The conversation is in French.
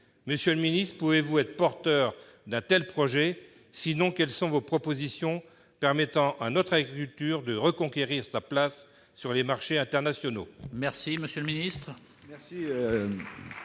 Monsieur le ministre, pouvez-vous être porteur d'un tel projet ? À défaut, quelles sont vos propositions pour permettre à notre agriculture de reconquérir sa place sur les marchés internationaux ?